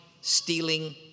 stealing